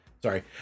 sorry